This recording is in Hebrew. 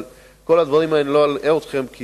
אבל לא אלאה אתכם בכל הדברים האלה,